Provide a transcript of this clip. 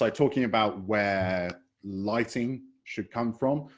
like talking about where lighting should come from,